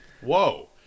Whoa